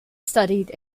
studied